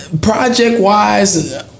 Project-wise